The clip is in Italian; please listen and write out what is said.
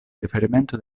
riferimento